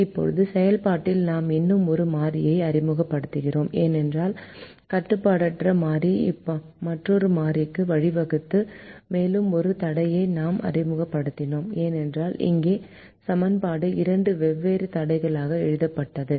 இப்போது செயல்பாட்டில் நாம் இன்னும் ஒரு மாறியை அறிமுகப்படுத்தினோம் ஏனென்றால் கட்டுப்பாடற்ற மாறி மற்றொரு மாறிக்கு வழிவகுத்தது மேலும் ஒரு தடையை நாம் அறிமுகப்படுத்தினோம் ஏனென்றால் இங்கே சமன்பாடு இரண்டு வெவ்வேறு தடைகளாக எழுதப்பட்டது